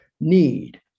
Need